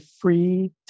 free